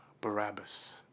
Barabbas